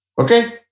Okay